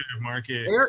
market